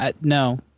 No